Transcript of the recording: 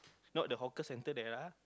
not the hawker center there lah